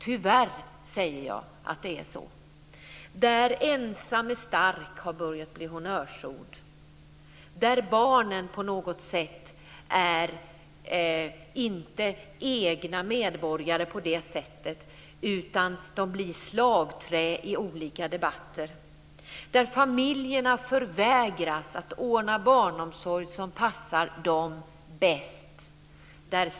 Tyvärr säger jag att det är så. "Ensam är stark" har börjat bli honnörsord. Barnen är på något sätt inte egna medborgare, utan de blir slagträ i olika debatter. Familjerna förvägras att ordna den barnomsorg som passar dem bäst.